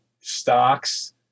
stocks